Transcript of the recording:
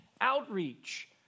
Outreach